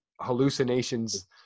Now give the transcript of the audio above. hallucinations